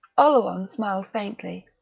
oleron smiled faintly.